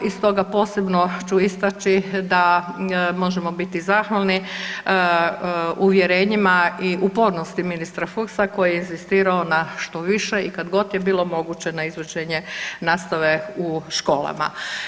I stoga posebno ću istači da možemo biti zahvalni uvjerenjima i upornosti ministra Fuchsa koji je inzistirao na što više i kad god je bilo moguće na izvođenje nastave u školama.